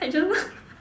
I just